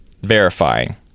verifying